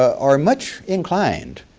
are much inclined,